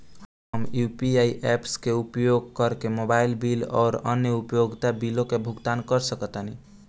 हम UPI apps के उपयोग करके मोबाइल बिल आउर अन्य उपयोगिता बिलों का भुगतान कर सकतानी